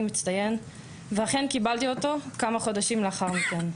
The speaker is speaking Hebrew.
מצטיין וקיבלתי אותו כמה חודשים לאחר מכן.